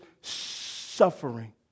suffering